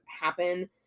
happen